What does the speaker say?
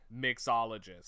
mixologist